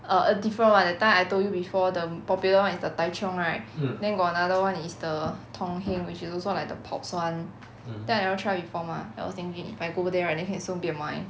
a a different [one] that time I told you before the popular [one] is the tai cheong right then got another [one] is the tong heng which is also like the popz [one] then I never try before mah then I was thinking if I go there right then can 顺便买